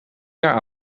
jaar